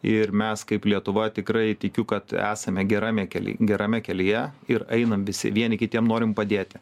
ir mes kaip lietuva tikrai tikiu kad esame gerame kely gerame kelyje ir einam visi vieni kitiem norim padėti